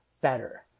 better